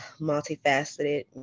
multifaceted